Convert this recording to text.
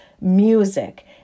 music